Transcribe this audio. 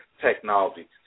technology